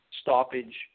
stoppage